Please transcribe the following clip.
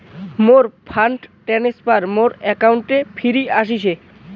মোর fund transfer মোর অ্যাকাউন্টে ফিরি আশিসে